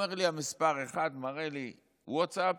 מספר אחת שם מראה לי ווטסאפ